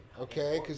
okay